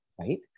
right